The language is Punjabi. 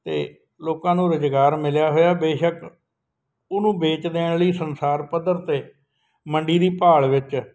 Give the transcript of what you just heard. ਅਤੇ ਲੋਕਾਂ ਨੂੰ ਰੁਜ਼ਗਾਰ ਮਿਲਿਆ ਹੋਇਆ ਬੇਸ਼ੱਕ ਉਹਨੂੰ ਵੇਚ ਦੇਣ ਲਈ ਸੰਸਾਰ ਪੱਧਰ 'ਤੇ ਮੰਡੀ ਦੀ ਭਾਲ ਵਿੱਚ